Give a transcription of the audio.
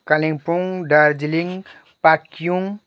Kalimpong Darjeeling Pakyong